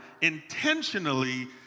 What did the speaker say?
intentionally